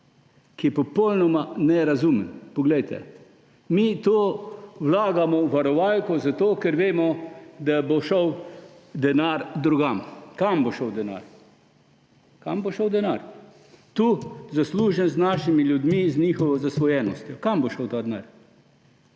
ki je popolnoma nerazumen. Poglejte, mi vlagamo v to varovalko zato, ker vemo, da bo šel denar drugam. Kam bo šel denar? Kam bo šel denar? Tu zaslužen, z našimi ljudmi, z njihovo zasvojenostjo. Kam bo šel ta denar?